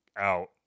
out